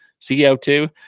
CO2